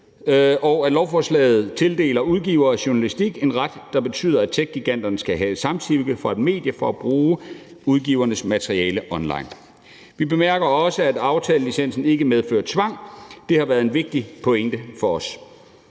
om, at lovforslaget tildeler udgivere af journalistik en ret, der betyder, at techgiganterne skal have samtykke fra et medie for at bruge udgivernes materiale online. Vi bemærker også, af aftalelicensen ikke medfører tvang. Det har været en vigtig pointe for os.